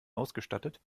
ausgestattet